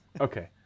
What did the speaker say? Okay